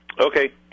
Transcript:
Okay